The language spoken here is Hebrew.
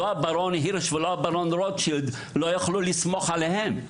הברון הירש והברון רוטשילד לא יכלו לסמוך עליהם.